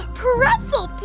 pretzel